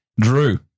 Drew